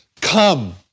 Come